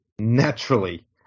naturally